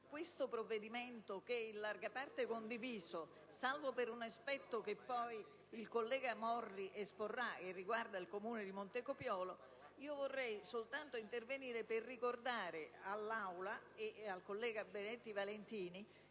questo provvedimento, in larga parte condiviso, salvo per un aspetto che poi il collega Morri esporrà in riferimento al Comune di Montecopiolo, quanto piuttosto intervenire per ricordare all'Aula e al collega Benedetti Valentini